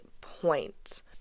point